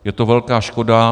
Je to velká škoda.